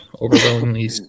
overwhelmingly